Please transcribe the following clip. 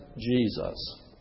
Jesus